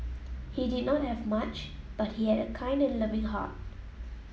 he did not have much but he had a kind and loving heart